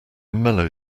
mellow